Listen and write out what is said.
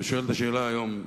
ושואל את השאלה היום,